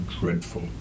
dreadful